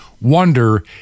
Wonder